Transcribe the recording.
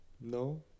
no